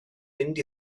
mynd